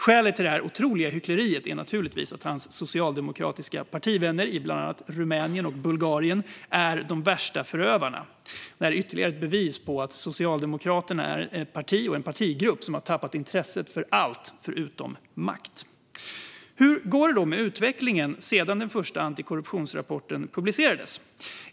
Skälet till detta otroliga hyckleri är naturligtvis att hans socialdemokratiska partivänner i bland annat Rumänien och Bulgarien är de värsta förövarna. Detta är ytterligare ett bevis på att Socialdemokraterna är ett parti och en partigrupp som har tappat intresset för allt utom makt. Hur går det då med utvecklingen sedan den första antikorruptionsrapporten publicerades?